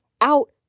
out